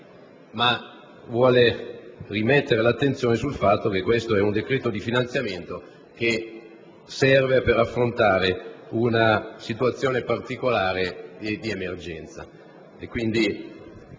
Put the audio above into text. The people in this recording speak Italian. ma vuole porre l'attenzione sul fatto che si tratta di un decreto di finanziamento volto ad affrontare una situazione particolare di emergenza.